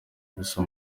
ubusa